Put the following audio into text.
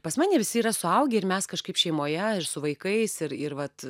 pas mane visi yra suaugę ir mes kažkaip šeimoje su vaikais ir ir vat